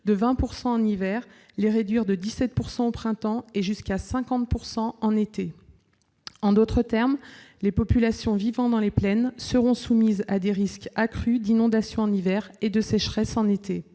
de 20 % en hiver, les réduire de 17 % au printemps et jusqu'à 50 % en été. En d'autres termes, les populations vivant dans les plaines seront soumises à des risques accrus d'inondation en hiver et de sécheresse en été.